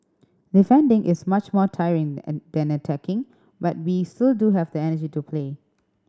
defending is much more tiring and than attacking but we still do have the energy to play